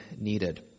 needed